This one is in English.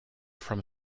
from